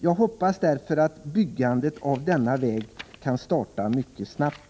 Jag hoppas att byggandet av denna väg skall starta mycket snabbt.